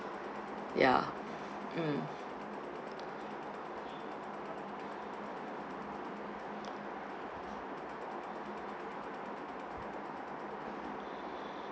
ya mm